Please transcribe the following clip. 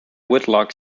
whitlock